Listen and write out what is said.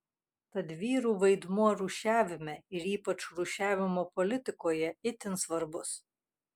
tad vyrų vaidmuo rūšiavime ir ypač rūšiavimo politikoje itin svarbus